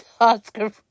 Oscar